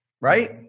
Right